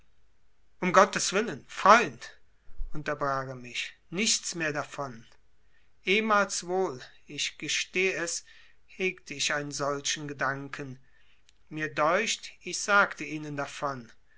um gottes willen freund unterbrach er mich nichts mehr davon ehmals wohl ich gesteh es hegte ich einen solchen gedanken mir deucht ich sagte ihnen davon